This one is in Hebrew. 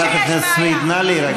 חברת הכנסת סויד, נא להירגע.